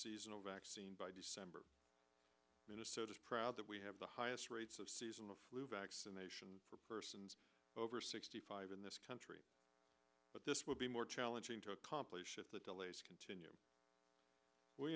seasonal vaccine by december minnesota's proud that we have the highest rates of seasonal flu vaccinations for persons over sixty five in this country but this will be more challenging to accomplish if the delays continue we